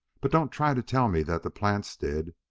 but don't try to tell me that the plants did.